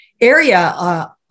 area